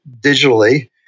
digitally